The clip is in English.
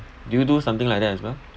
do you do something like that as well